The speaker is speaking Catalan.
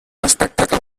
espectacle